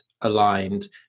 aligned